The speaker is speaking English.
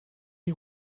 you